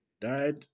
died